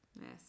yes